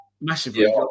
Massively